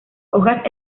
hojas